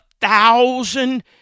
thousand